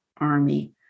army